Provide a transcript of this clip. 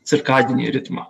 cirkadinį ritmą